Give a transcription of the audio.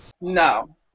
No